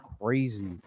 crazy